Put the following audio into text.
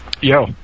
Yo